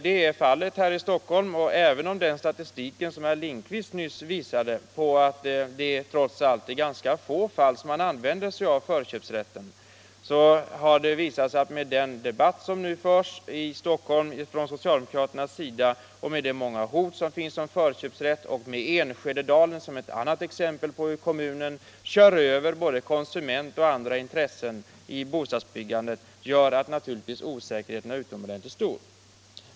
Det är fallet här i Stockholm. Och även om den statistik som herr Lindkvist nyss visade tyder på att det trots allt är i ganska få fall som Stockholm använder sig av förköpsrätten, har den debatt som nu från socialdemokraternas sida förs i Stockholm och de många hot som finns om förköpsrättens utnyttjande bidragit till att osäkerheten är utomordentligt stor. Enskededalen är ett annat exempel på hur kommunen kör över både konsumentoch andra intressen i bostadsbyggandet.